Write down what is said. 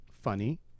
Funny